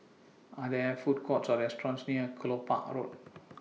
Are There Food Courts Or restaurants near Kelopak Road